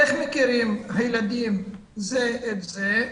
איך מכירים הילדים זה את זה?